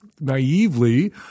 naively